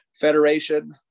federation